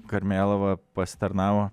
karmėlava pasitarnavo